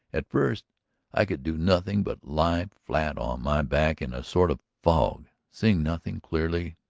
at first i could do nothing but lie flat on my back in a sort of fog, seeing nothing clearly,